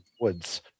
woods